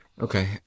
Okay